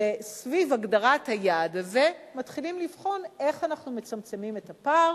וסביב הגדרת היעד הזה מתחילים לבחון איך אנחנו מצמצמים את הפער